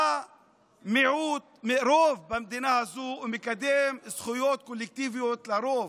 אתה רוב במדינה הזו ומקדם זכויות קולקטיביות לרוב.